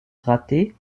ratée